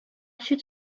should